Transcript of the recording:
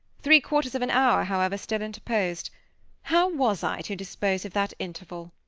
three-quarters of an hour, however, still interposed. how was i to dispose of that interval?